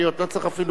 לא צריך אפילו חוק.